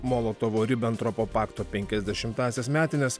molotovo ribentropo pakto penkiasdešimtąsias metines